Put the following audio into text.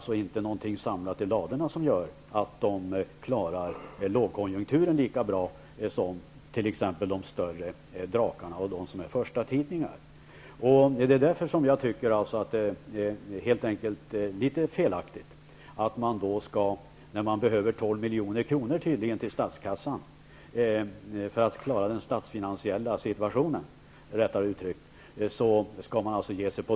Men de har inte samlat i ladorna så att de klarar lågkonjunkturen lika bra som t.ex. de stora drakarna och förstatidningarna. Därför tycker jag att det är felaktigt att man skall ge sig på dem när man behöver 12 milj.kr. för att klara den statsfinansiella situationen.